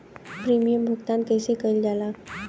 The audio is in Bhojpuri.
प्रीमियम भुगतान कइसे कइल जाला?